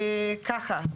בבקשה.